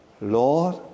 Lord